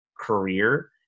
career